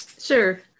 Sure